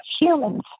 humans